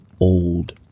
old